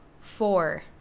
four